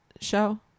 show